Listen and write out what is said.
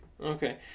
Okay